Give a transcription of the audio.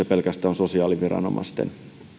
pelkästään on sosiaaliviranomaisten